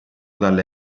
dalle